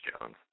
Jones